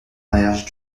mariage